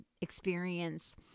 experience